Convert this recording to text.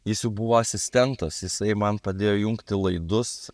jis jau buvo asistentas jisai man padėjo jungti laidus